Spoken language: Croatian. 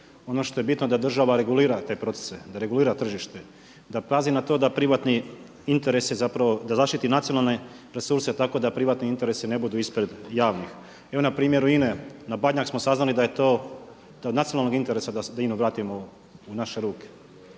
Ono što je bitno da država regulira te procese, da regulira tržište, da pazi na to da privatni interesi, zapravo da zaštiti nacionalne resurse tako da privatni interesi ne budu ispred javnih. Evo na primjeru INA-e, na Badnjak smo saznali da je to, da je to od nacionalnog interesa da INA-u vratimo u naše ruke.